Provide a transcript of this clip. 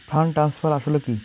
Fund transfer আসলে কী?